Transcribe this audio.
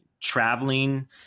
traveling